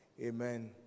Amen